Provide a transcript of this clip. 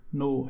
no